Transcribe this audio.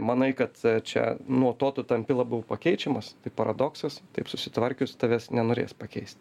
manai kad čia nuo to tu tampi labiau pakeičiamas tai paradoksas taip susitvarkius tavęs nenorės pakeist